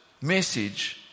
message